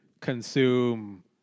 Consume